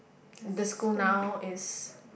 the school now is